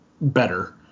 better